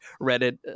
Reddit